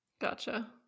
Gotcha